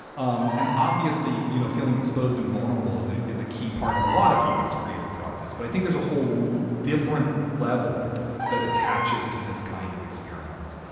um and obviously, you know, feeling exposed and vulnerable, as is a key part of a lot of people's creative process. but i think there's a whole different level that attaches to this kind of experience.